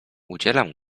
udzielam